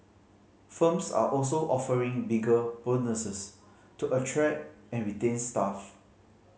firms are also offering bigger bonuses to attract and retain staff